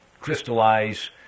crystallize